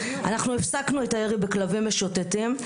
הפסקנו את הירי בכלבים משוטטים.